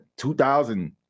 2000